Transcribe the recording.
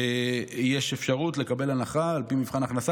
יש אפשרות לקבל הנחה על פי מבחן הכנסה